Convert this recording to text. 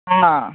હા